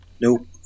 Nope